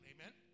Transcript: Amen